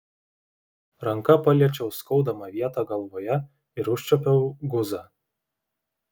ranka paliečiau skaudamą vietą galvoje ir užčiuopiau guzą